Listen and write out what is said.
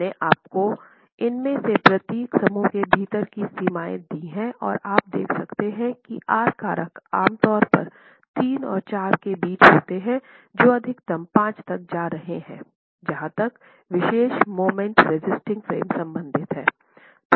मैंने आपको इनमें से प्रत्येक समूह के भीतर की सीमाएँ दी हैं और आप देख सकते हैं कि आर कारक आमतौर पर 3 और 4 के बीच होते हैं जो अधिकतम 5 तक जा रहे हैं जहां तक विशेष मोमेंट रेसिस्टिंग फ्रेम्स संबंधित हैं